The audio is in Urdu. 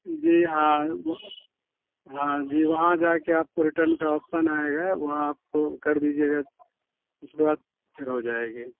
جی ہاں ہاں جی وہاں جا کے آپ کو ریٹرن کا آپشن آئے گا وہاں آپ کو کر دیجیے گا اس کے بعد پھر ہو جائے گی